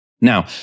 Now